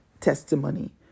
testimony